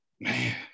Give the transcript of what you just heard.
Man